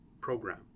program